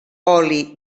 oli